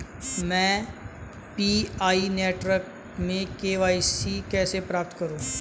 मैं PI network में KYC कैसे प्राप्त करूँ?